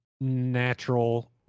natural